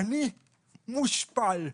אני מושפל.